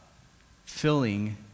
filling